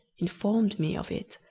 informed me of it,